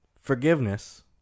forgiveness